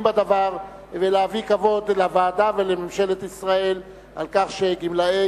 בדבר ולהביא כבוד לוועדה ולממשלת ישראל על כך שגמלאי